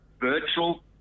virtual